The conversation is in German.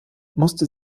musste